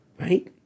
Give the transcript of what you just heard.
Right